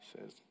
says